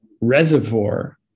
reservoir